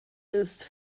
ist